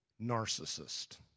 narcissist